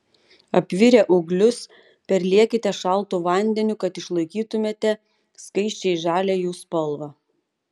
apvirę ūglius perliekite šaltu vandeniu kad išlaikytumėte skaisčiai žalią jų spalvą